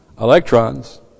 electrons